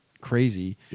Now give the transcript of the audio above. crazy